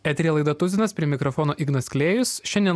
eteryje laida tuzinas prie mikrofono ignas klėjus šiandien